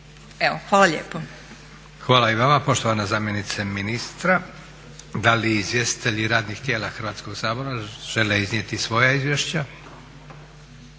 hvala lijepo.